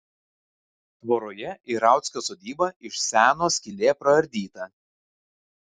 tvoroje į rauckio sodybą iš seno skylė praardyta